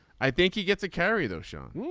i think you get to carry those shown.